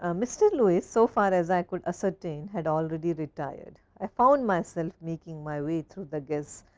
ah mr. lewis, so far as i could ascertain, had already retired. i found myself making my way through the guests,